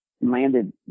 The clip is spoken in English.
landed